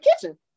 kitchen